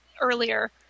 earlier